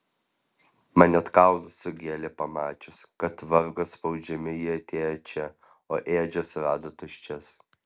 man net kaulus sugėlė pamačius kad vargo spaudžiami jie atėjo čia o ėdžias rado tuščias